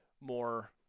more